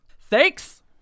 Thanks